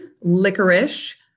licorice